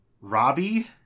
robbie